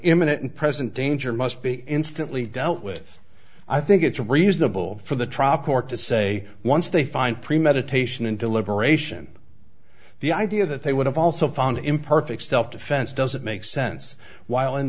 imminent and present danger must be instantly dealt with i think it's reasonable for the trial court to say once they find premeditation and deliberation the idea that they would have also found imperfect self defense doesn't make sense while in